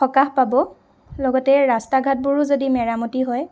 সকাহ পাব লগতে ৰাষ্টা ঘাটবোৰো যদি মেৰামতি হয়